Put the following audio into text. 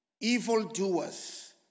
evildoers